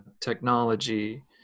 technology